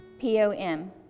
P-O-M